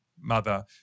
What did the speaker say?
mother